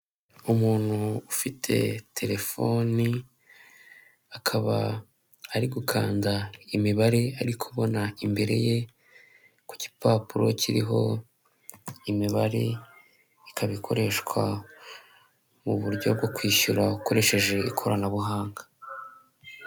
Umuntu ufite telefoni akaba ari gukanda imibare ari kubona imbere ye, ku gipapuro kiriho imibare ikaba ikoreshwa mu buryo bwo kwishyura akoresheje ikoranabuhanga.